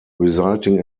resulting